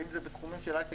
ואם זה בתחומים של הייטק,